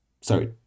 sorry